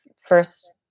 first